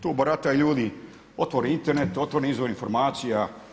To barataju ljudi, otvore Internet, otvore izvor informacija.